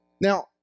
Now